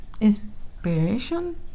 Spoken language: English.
inspiration